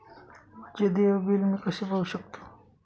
माझे देय बिल मी कसे पाहू शकतो?